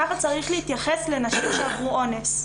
ככה צריך להתייחס לנשים שעברו אונס.